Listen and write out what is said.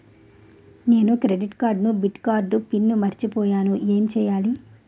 నేను credit card debit card pin మర్చిపోయేను ఎం చెయ్యాలి?